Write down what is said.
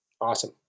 awesome